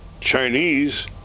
Chinese